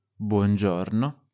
Buongiorno